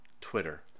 Twitter